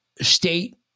state